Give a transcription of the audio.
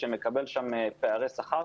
שמקבל שם פערי שכר.